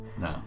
No